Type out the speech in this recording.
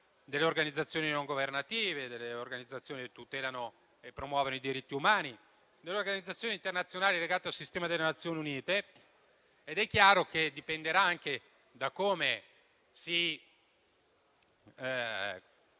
delle organizzazioni non governative che tutelano e promuovono i diritti umani e delle organizzazioni internazionali legate al sistema delle Nazioni Unite. È chiaro che ciò dipenderà anche da come si rapporterà